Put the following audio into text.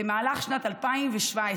במהלך שנת 2017,